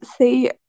say